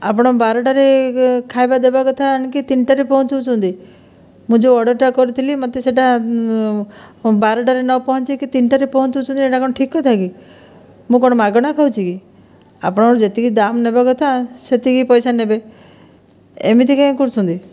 ଆପଣ ବାରଟାରେ ଖାଇବା ଦେବା କଥା ଆଣିକି ତିନିଟାରେ ପହଞ୍ଚାଉଛନ୍ତି ମୁଁ ଯେଉଁ ଅର୍ଡ଼ରଟା କରିଥିଲି ମୋତେ ସେଇଟା ବାରଟାରେ ନପହଞ୍ଚାଇକି ତିନିଟାରେ ପହଞ୍ଚାଉଛନ୍ତି ଏଇଟା କ'ଣ ଠିକ୍ କଥା କି ମୁଁ କ'ଣ ମାଗଣା ଖାଉଛି କି ଆପଣଙ୍କର ଯେତିକି ଦାମ୍ ନେବା କଥା ସେତିକି ପଇସା ନେବେ ଏମିତି କାଇଁ କରୁଛନ୍ତି